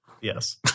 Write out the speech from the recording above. Yes